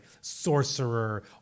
Sorcerer